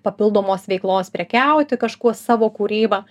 papildomos veiklos prekiauti kažkuo savo kūryba